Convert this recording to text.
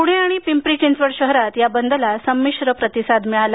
पुणे आणि पिंपरी चिंचवड शहरात या बंदला संमिश्र प्रतिसाद मिळाला